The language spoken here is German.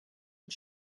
und